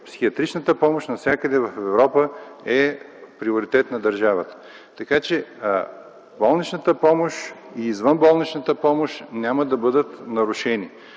Психиатричната помощ навсякъде в Европа е приоритет на държавата. Така че болничната помощ и извънболничната помощ няма да бъдат нарушени.